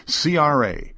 CRA